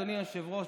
אדוני היושב-ראש,